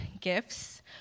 gifts